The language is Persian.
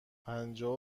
پنجاه